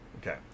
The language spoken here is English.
okay